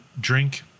drink